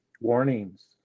warnings